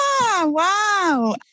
wow